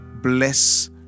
Bless